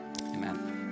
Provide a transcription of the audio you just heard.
Amen